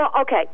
Okay